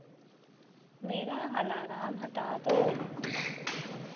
मेरा अलाराम हटा दो